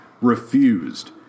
Refused